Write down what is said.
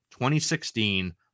2016